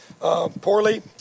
Poorly